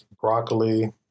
Broccoli